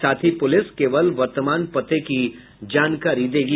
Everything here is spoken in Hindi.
साथ ही पुलिस केवल वर्तमान पते की जानकारी देगी